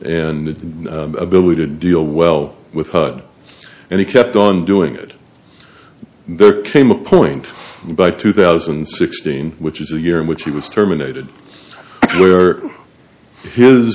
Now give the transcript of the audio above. and ability to deal well with hud and he kept on doing it there came a point by two thousand and sixteen which is a year in which he was terminated lawyer his